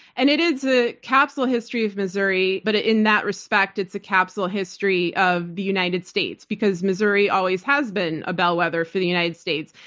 and it is a capsule history of missouri, but ah in that respect, it's a capsule history of the united states because missouri always has been a bellwether for the united states.